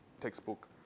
textbook